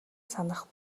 санах